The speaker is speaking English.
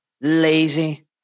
lazy